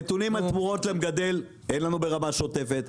נתונים לתמורות למגדל אין לנו ברמה שוטפת,